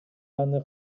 аны